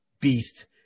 Beast